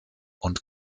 und